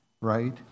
right